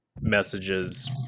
messages